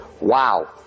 wow